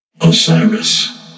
Osiris